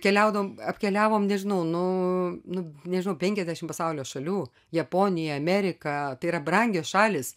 keliaudavom apkeliavome nežinau nu nu nežinau penkiasdešimt pasaulio šalių japonija amerika tai yra brangios šalys